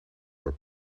were